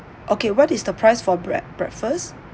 okay what is the price for brea~ breakfast